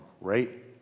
right